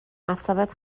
اعصابت